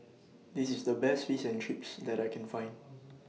This IS The Best Fish and Chips that I Can Find